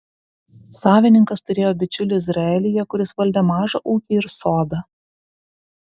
savininkas turėjo bičiulį izraelyje kuris valdė mažą ūkį ir sodą